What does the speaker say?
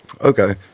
Okay